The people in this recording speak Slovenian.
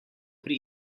pri